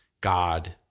God